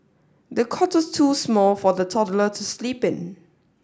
the cot was too small for the toddler to sleep in